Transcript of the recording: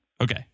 Okay